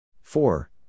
Four